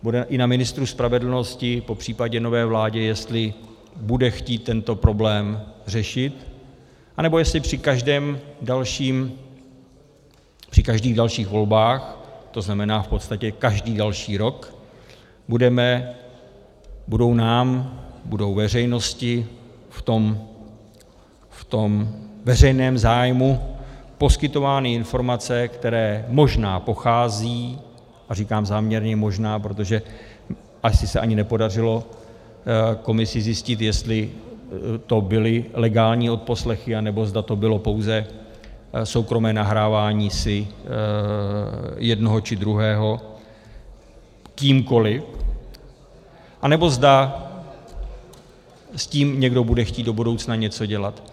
Bude i na ministru spravedlnosti, popřípadě nové vládě, jestli bude chtít tento problém řešit, anebo jestli při každých dalších volbách, to znamená v podstatě každý další rok, budou nám, budou veřejnosti v tom veřejném zájmu poskytovány informace, které možná pocházejí a říkám záměrně možná, protože asi se ani nepodařilo komisi zjistit, jestli to byly legální odposlechy, nebo zda to bylo pouze soukromé nahrávání si jednoho či druhého kýmkoliv, anebo zda s tím někdo bude chtít do budoucna něco dělat.